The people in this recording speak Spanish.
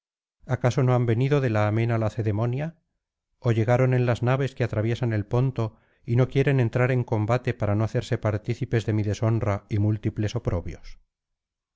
acaso no han venido de la amena lacedemonia ó llegaron en las naves que atraviesan el ponto y no quieren entrar en combate para no hacerse partícipes de mi deshonra y múltiples oprobios